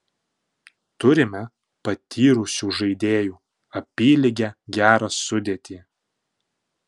turime patyrusių žaidėjų apylygę gerą sudėtį